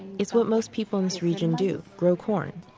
it's what most people in this region do, grow corn